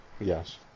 yes